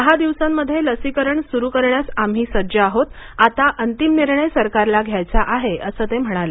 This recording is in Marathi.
दहा दिवसांमध्ये लसीकरण सुरू करण्यास आम्ही सज्ज आहोत आता अंतिम निर्णय सरकारला घ्यायचा आहे असं ते म्हणाले